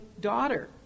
daughter